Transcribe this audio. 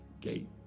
gate